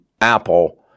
Apple